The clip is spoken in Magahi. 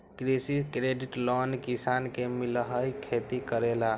कृषि क्रेडिट लोन किसान के मिलहई खेती करेला?